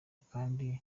kandi